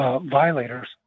violators